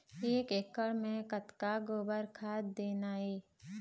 एक एकड़ म कतक गोबर खाद देना ये?